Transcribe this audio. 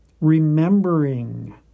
remembering